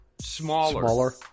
smaller